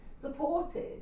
supported